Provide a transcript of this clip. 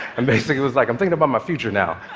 and basically was like, i'm thinking about my future now.